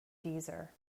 deezer